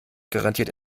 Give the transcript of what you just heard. garantiert